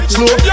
Slow